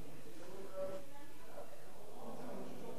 אדוני סגן ראש הממשלה, אדוני השר,